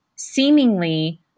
seemingly